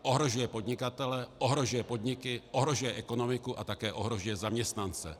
Ohrožuje podnikatele, ohrožuje podniky, ohrožuje ekonomiku a také ohrožuje zaměstnance.